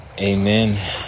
Amen